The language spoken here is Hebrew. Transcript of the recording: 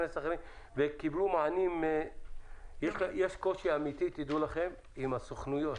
יש קושי אמיתי, תדעו לכם, עם הסוכנויות.